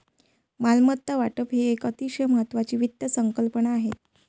मालमत्ता वाटप ही एक अतिशय महत्वाची वित्त संकल्पना आहे